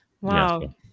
Wow